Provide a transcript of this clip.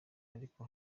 ariko